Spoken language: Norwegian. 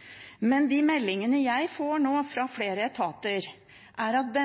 men man må fortsette. De meldingene jeg nå får fra flere etater, er at